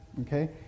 Okay